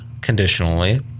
conditionally